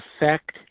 effect